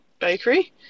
bakery